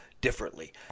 differently